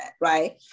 Right